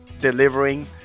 delivering